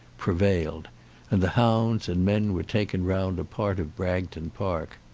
prevailed and the hounds and men were taken round a part of bragton park.